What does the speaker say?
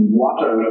water